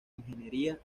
ingeniería